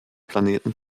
planeten